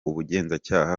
ubugenzacyaha